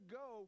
go